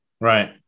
Right